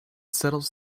settles